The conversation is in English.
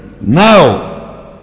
Now